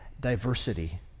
Diversity